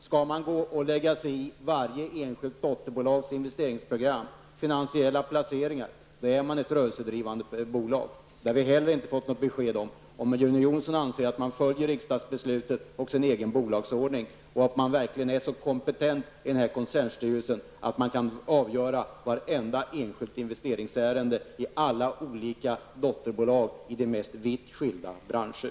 Skall man lägga sig i varje enskilt dotterbolags investeringsprogram och finansiella placeringar, då är man ett rörelsedrivande bolag. Vi har inte heller fått besked om av Rune Jonsson om han anser att man följer riksdagsbeslutet och sin egen bolagsordning och att koncernstyrelsen verkligen är så kompetent att den kan avgöra vartenda enskilt investeringsärende i alla olika dotterbolag i de mest vitt skilda branscher.